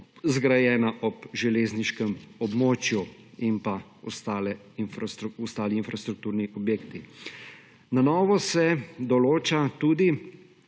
zgrajena ob železniškem območju in pa ostali infrastrukturni objekti. Na novo se določa tudi,